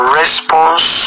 response